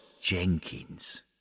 Jenkins